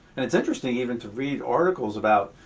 and it's interesting even to read articles about